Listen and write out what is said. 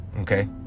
Okay